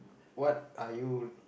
what are you